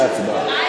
לא כתוב בחוק ערבים.